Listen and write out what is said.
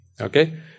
Okay